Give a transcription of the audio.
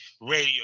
radio